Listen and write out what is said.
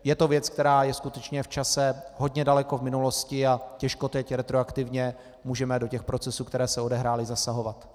Je to věc, která je skutečně v čase hodně daleko v minulosti a těžko teď retroaktivně můžeme do těch procesů, které se odehrály, zasahovat.